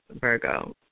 Virgo